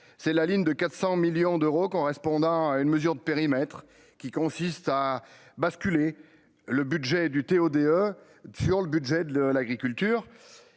c'est la ligne de 400 millions d'euros correspondant à une mesure de périmètre qui consiste à basculer le budget du TO-DE sur le budget de l'agriculture,